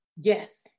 Yes